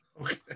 Okay